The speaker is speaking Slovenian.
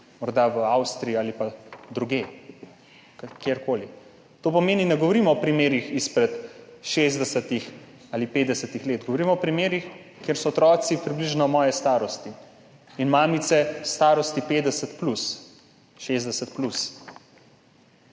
morda v Avstriji ali pa drugje, kjerkoli. To pomeni, da ne govorimo o primerih izpred 50 ali 60 let, govorim o primerih, kjer so otroci približno moje starosti in mamice starosti 50